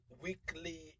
weekly